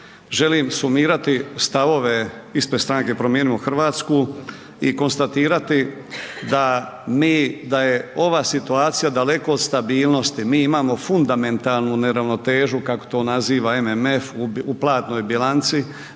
želim sumirati stavove ispred Stranke Promijenimo Hrvatsku i konstatirati da mi, da je ova situacija daleko od stabilnosti, mi imamo fundamentalnu neravnotežu kako to naziva MMF u platnoj bilanci,